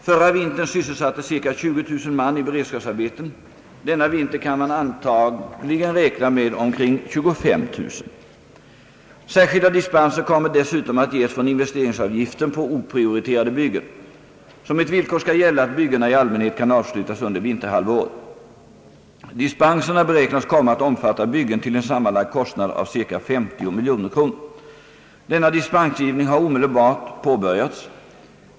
Förra vintern sysselsattes cirka 20000 man i beredskapsarbeten, denna vinter kan man antagligen räkna med omkring 25 000. Särskilda dispenser kommer dessutom att ges från investeringsavgiften på oprioriterade byggen. Som ett villkor skall gälla att byggena i allmänhet kan avslutas under vinterhalvåret. Dispenserna beräknas komma att omfatta byggen till en sammanlagd kostnad av ca 50 miljoner kronor. Denna dispensgivning har omedelbart påbörjats.